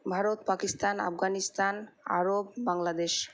Bharat Pakistan Afghanistan Arab Bangladesh